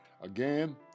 Again